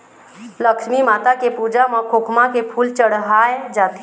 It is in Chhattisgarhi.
लक्छमी माता के पूजा म खोखमा के फूल चड़हाय जाथे